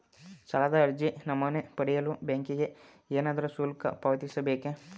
ಸಾಲದ ಅರ್ಜಿ ನಮೂನೆ ಪಡೆಯಲು ಬ್ಯಾಂಕಿಗೆ ಏನಾದರೂ ಶುಲ್ಕ ಪಾವತಿಸಬೇಕೇ?